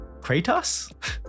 Kratos